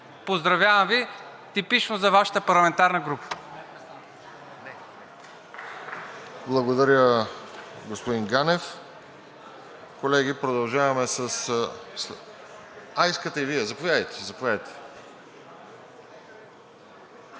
Поздравявам Ви. Типично за Вашата парламентарната група.